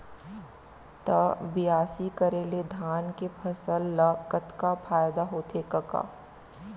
त बियासी करे ले धान के फसल ल कतका फायदा होथे कका?